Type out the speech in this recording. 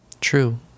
true